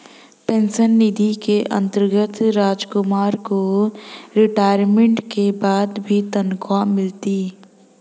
pension निधि के अंतर्गत रामकुमार को रिटायरमेंट के बाद भी तनख्वाह मिलती